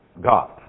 God